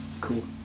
cool